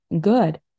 good